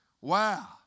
Wow